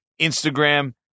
Instagram